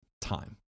time